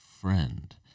friend